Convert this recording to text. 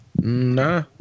Nah